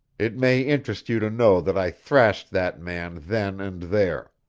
it may interest you to know that i thrashed that man then and there.